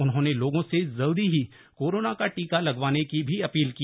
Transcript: उन्होंने लोगों से जल्दी ही कोरोना का टीका लगवाने की भी अपील की